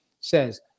says